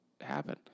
happen